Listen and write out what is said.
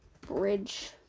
Bridge